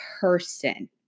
person